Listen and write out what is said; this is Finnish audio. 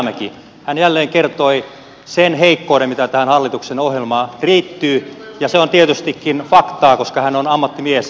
hän jälleen kertoi sen heikkouden joka tähän hallituksen ohjelmaan liittyy ja se on tietystikin faktaa koska hän on ammattimies tällä alalla